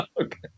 Okay